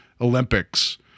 Olympics